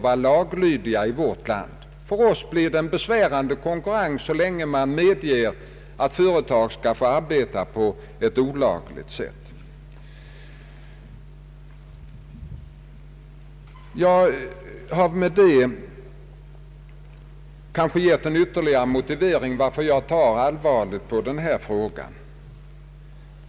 olaga arbetsförmedling och försöker vara laglydiga, och det blir en besvärande konkurrens så länge man medger att företag får arbeta på ett olagligt sätt. Jag har med detta kanske lämnat en ytterligare motivering till varför jag ser allvarligt på denna fråga.